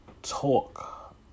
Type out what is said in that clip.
talk